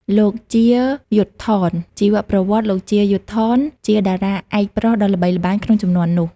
លោក ជា យុទ្ធថន ជីវប្រវត្តិ លោក ជា យុទ្ធថន ជាតារាឯកប្រុសដ៏ល្បីល្បាញក្នុងជំនាន់នោះ។